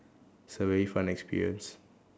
is a very fun experience